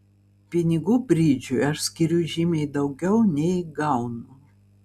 pinigų bridžui aš skiriu žymiai daugiau nei gaunu